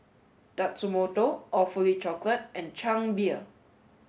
Tatsumoto Awfully Chocolate and Chang Beer